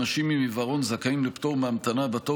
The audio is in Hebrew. אנשים עם עיוורון זכאים לפטור מהמתנה בתור